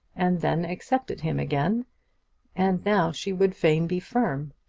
and then accepted him again and now she would fain be firm,